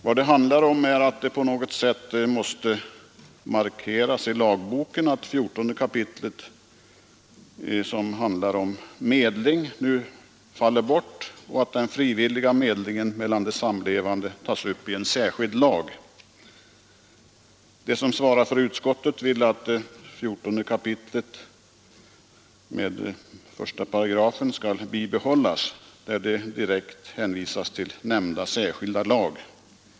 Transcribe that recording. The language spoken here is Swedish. Vad det handlar om är att det på något sätt måste markeras i lagboken att 14 kap., som handlar om medling, nu faller bort och att den frivilliga medlingen mellan samlevande tas upp i en särskild lag. De som svarar för utskottet vill att 14 kap. med 1 § skall bibehållas, där det direkt skall hänvisas till nämnda särskilda lag.